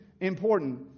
important